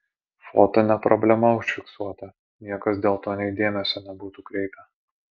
foto ne problema užfiksuota niekas dėl to nei dėmesio nebūtų kreipę